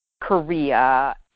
Korea